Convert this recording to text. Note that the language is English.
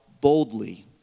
boldly